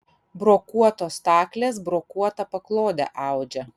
brokuotos staklės brokuotą paklodę audžia